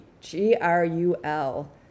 G-R-U-L